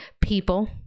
people